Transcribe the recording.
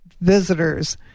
visitors